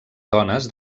dones